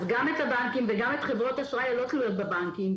אז גם את הבנקים וגם את חברות האשראי שלא תלויות בבנקים,